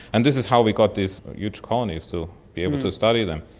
and this is how we got these huge colonies to be able to study them.